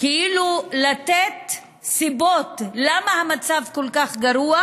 כדי לתת סיבות למה המצב כל כך גרוע,